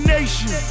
Nation